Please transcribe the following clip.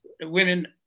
women